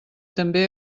també